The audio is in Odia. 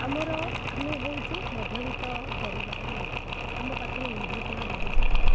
ଆମର ଆମେ ହେଉଛୁ ମଧ୍ୟବିତ୍ତ ପରିବାରର ଲୋକ ଆମ ପାଖରେ ଇନଭର୍ଟର୍ ବ୍ୟବସ୍ଥା ନାହିଁ